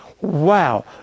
Wow